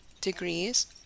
degrees